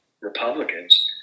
Republicans